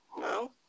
no